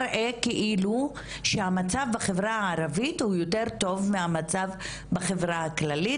זה מראה כאילו שהמצב בחברה הערבית הוא יותר טוב מהמצב בחברה הכללית.